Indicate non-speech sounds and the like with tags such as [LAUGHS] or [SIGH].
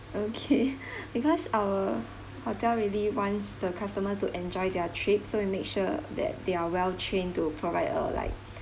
okay [LAUGHS] because our hotel really wants the customer to enjoy their trip so we make sure that they are well-trained to provide a like